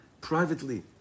privately